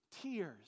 tears